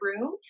room